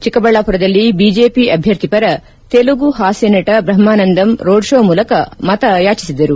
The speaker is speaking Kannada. ಚಿಕ್ಕಬಳ್ಳಾಪುರದಲ್ಲಿ ಬಿಜೆಪಿ ಅಭ್ಯರ್ಥಿಪರ ತೆಲುಗು ಹಾಸ್ಲನಟ ಬ್ರಹ್ನಾನಂದಂ ರೋಡ್ ಶೋ ಮೂಲಕ ಮತಯಾಚಿಸಿದರು